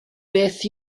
beth